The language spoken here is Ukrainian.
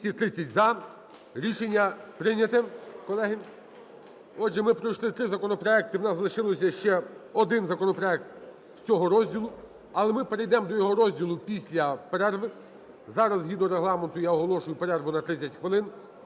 За-230 Рішення прийняте, колеги. Отже, ми пройшли три законопроекти, у нас залишився ще один законопроект з цього розділу, але ми перейдемо до його розгляду після перерви. Зараз згідно Регламенту я оголошую перерву на 30 хвилин.